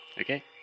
Okay